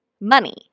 money